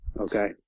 okay